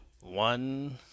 One